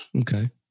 Okay